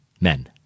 men